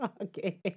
Okay